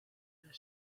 their